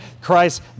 Christ